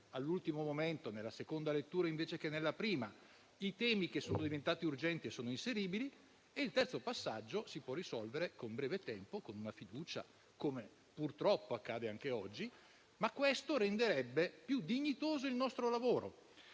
all'ultimo momento, nella seconda lettura invece che nella prima, i temi che sono diventati urgenti e sono inseribili e il terzo passaggio si può risolvere con breve tempo, con una fiducia, come purtroppo accade anche oggi, ma questo renderebbe più dignitoso il nostro lavoro.